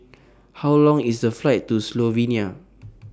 How Long IS The Flight to Slovenia